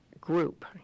group